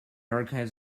archives